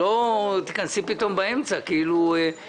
ושל האוצר לא נמצאות על